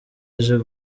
aje